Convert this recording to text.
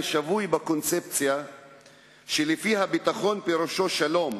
שבוי בקונספציה שלפיה ביטחון פירושו שלום,